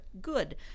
good